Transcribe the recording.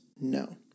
No